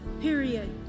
period